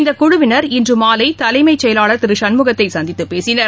இந்தக்குழுவினர் இன்றுமாலைதலைமைச் செயலர் திருசண்முகத்தைசந்தித்துப் பேசினர்